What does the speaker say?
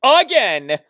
again